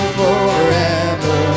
forever